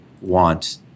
want